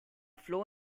floh